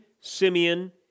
Simeon